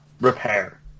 repair